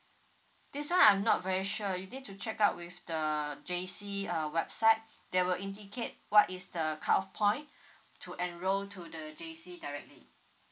this one I'm not very sure you need to check out with the J_C uh website there will indicate what is the cut off point to enroll to the J_C directly